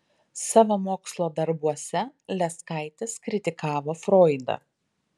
savo mokslo darbuose leskaitis kritikavo froidą